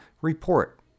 report